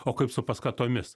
o kaip su paskatomis